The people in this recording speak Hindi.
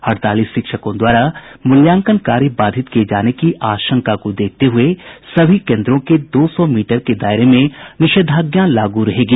हड़ताली शिक्षकों द्वारा मूल्यांकन कार्य बाधित किये जाने की आशंका को देखते हुए सभी केन्द्रों के दो सौ मीटर के दायरे में निषेधाज्ञा लागू रहेगी